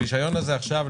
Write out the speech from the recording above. הרישיון הזה עכשיו,